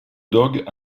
dogg